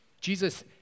Jesus